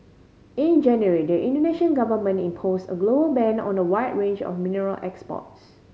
in January the Indonesian Government imposed a global ban on a wide range of mineral exports